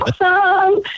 awesome